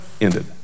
ended